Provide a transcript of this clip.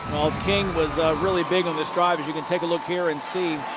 king was really big on this drive. you can take a look here and see.